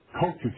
culture